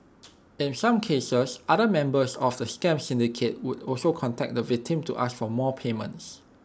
in some cases other members of the scam syndicate would also contact the victims to ask for more payments